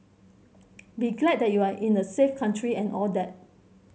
be glad that you are in a safe country and all that